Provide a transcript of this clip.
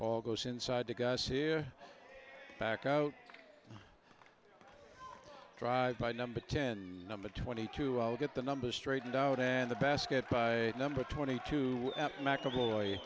here goes inside the guys here back out drive by number ten number twenty two i'll get the number straightened out and the basket by number twenty two m